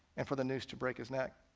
and for the noose to break his neck.